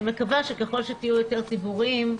אני מקווה שככל שתהיו יותר ציבוריים,